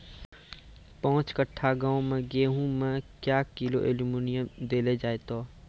पाँच कट्ठा गांव मे गेहूँ मे क्या किलो एल्मुनियम देले जाय तो?